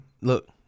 look